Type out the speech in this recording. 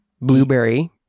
blueberry